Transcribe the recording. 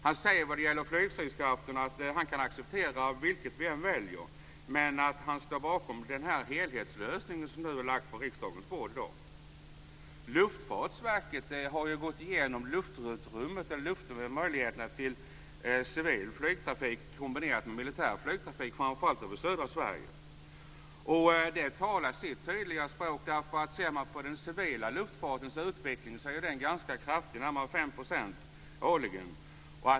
Han säger vad gäller flygstridskrafter att han kan acceptera det vilket vi än väljer, men att han står bakom den helhetslösning som nu i dag har lagts på riksdagens bord. Luftfartsverket har gått igenom luftutrymmet och möjligheterna till civil flygtrafik kombinerat med militär flygtrafik framför allt över södra Sverige. Det talar sitt tydliga språk. Den civila luftfartens utveckling är nämligen ganska kraftig, närmare 5 % årligen.